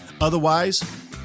Otherwise